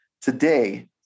Today